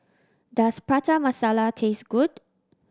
does Prata Masala taste good